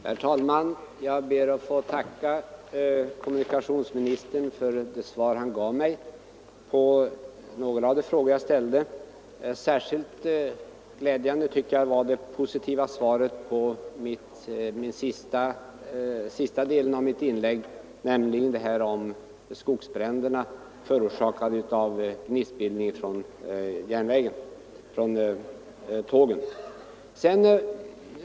Herr talman! Jag ber att få tacka kommunikationsministern för det svar han gav mig på några av de frågor jag ställde. Särskilt glädjande var det positiva beskedet i anslutning till sista delen av mitt inlägg, alltså i fråga om skogsbränder förorsakade av gnistbildning från tågen.